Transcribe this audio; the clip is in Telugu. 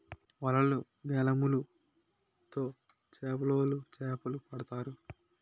వలలు, గాలములు తో చేపలోలు చేపలు పడతారు